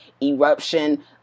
eruption